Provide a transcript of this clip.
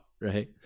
right